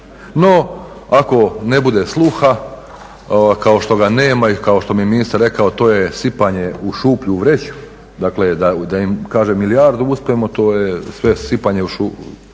No, ako ne bude sluha kao što ga nema i kao što mi je ministar rekao to je sipanje u šuplju vreću, dakle da im kažem milijardu uspemo to je sve sipanje u šuplju